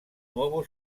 nuovo